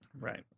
Right